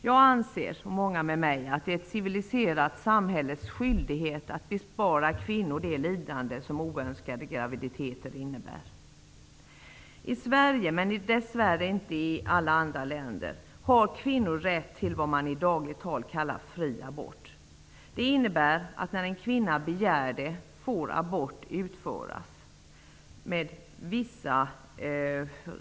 Jag och många med mig anser att det är ett civiliserat samhälles skyldighet att bespara kvinnor det lidande som oönskade graviditeter innebär. I Sverige -- men dess värre inte i alla andra länder -- har kvinnor rätt till det man i dagligt tal kallar fri abort. Det innebär att abort får utföras, med vissa reservationer, när en kvinna begär det.